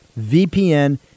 VPN